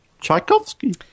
tchaikovsky